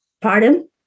pardon